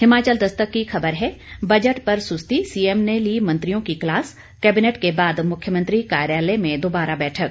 हिमाचल दस्तक की खबर है बजट पर सुस्ती सीएम ने ली मंत्रियों की क्लास कैंबिनेट के बाद मुख्यमंत्री कार्यालय में दोबारा बैठक